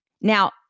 Now